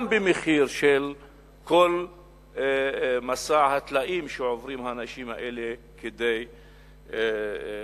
גם במחיר של מסע התלאות שעוברים האנשים האלה כדי להתאחד.